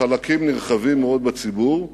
חלקים נרחבים מאוד בציבור,